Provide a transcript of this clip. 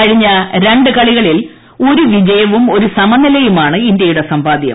കഴിഞ്ഞ രണ്ട് കളികളിൽ ഒരു വിജയവും ഒരു സമനിലയുമാണ് ഇന്ത്യയുടെ സമ്പാദ്യം